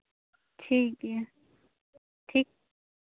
ᱴᱷᱤᱠ ᱜᱮᱭᱟ ᱴᱷᱤᱠ